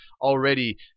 already